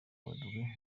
werurwe